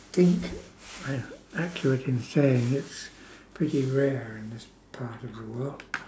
think I actually I can saying it's pretty rare in this part of the world